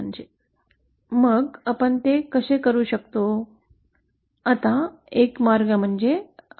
आपण ते कसे करू शकतो